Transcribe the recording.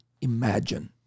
imagine